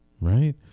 right